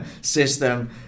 system